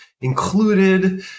included